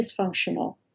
dysfunctional